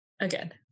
again